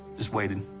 just waited,